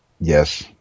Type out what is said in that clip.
yes